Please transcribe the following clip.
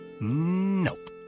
Nope